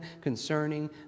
concerning